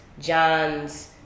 John's